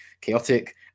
Chaotic